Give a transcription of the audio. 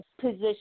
position